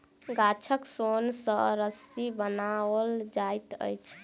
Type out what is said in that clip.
गाछक सोन सॅ रस्सी बनाओल जाइत अछि